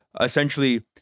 essentially